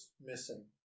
missing